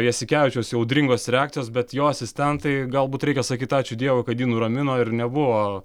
jasikevičiaus audringos reakcijos bet jo asistentai galbūt reikia sakyt ačiū dievui kad jį nuramino ir nebuvo